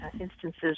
instances